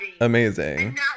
amazing